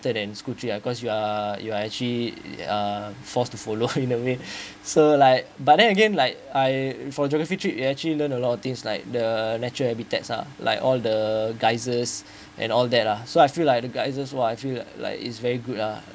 better than the school trip uh cause you are you are actually uh forced to follow in a way so like but then again like I for geography trip you actually learn a lot of things like the natural habitats uh like all the geysers and all that lah so I feel like the geysers !wah! I feel like it's very good uh